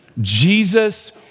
Jesus